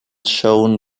shown